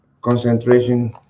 concentration